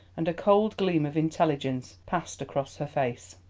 and a cold gleam of intelligence passed across her face.